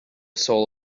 soul